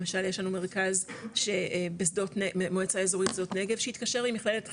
למשל יש לנו מרכז במועצה אזורית שדות נגב שהתקשר עם מכללת חמדת,